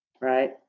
right